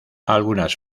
algunas